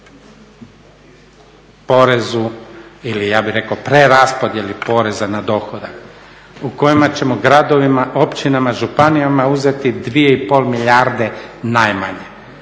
porezu ili ja bih rekao preraspodijeli poreza na dohodak u kojima ćemo gradovima, općinama, županija uzeti 2,5 milijarde najmanje.